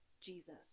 Jesus